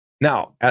now